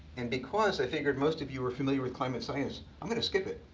and because i figured most of you were familiar with climate science, i'm going to skip it.